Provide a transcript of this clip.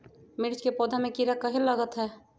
मिर्च के पौधा में किरा कहे लगतहै?